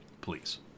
Please